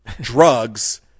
drugs